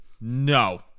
No